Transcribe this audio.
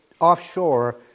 offshore